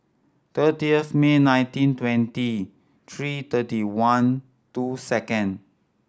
thirtieth May nineteen twenty three thirty one two second